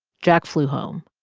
jack flew home.